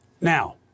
NOW